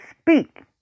speak